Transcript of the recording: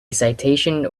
citation